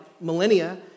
millennia